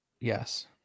Yes